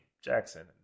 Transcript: Jackson